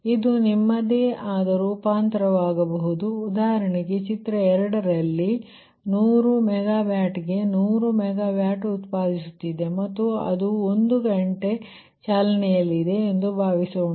ಇದು ನಿಮ್ಮದೇ ಆದ ರೂಪಾಂತರವಾಗಬಹುದು ಉದಾಹರಣೆಗೆ ಚಿತ್ರ 2 ರಲ್ಲಿ 100 ಮೆಗಾ ವ್ಯಾಟ್ಗೆ 100 ಮೆಗಾ ವ್ಯಾಟ್ ಉತ್ಪಾದಿಸುತ್ತಿದೆ ಮತ್ತು ಅದು 1 ಗಂಟೆ ಚಾಲನೆಯಲ್ಲಿದೆ ಎಂದು ಭಾವಿಸೋಣ